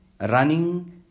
running